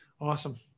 awesome